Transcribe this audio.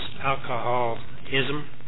alcoholism